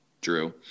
Drew